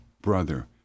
Brother